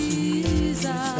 Jesus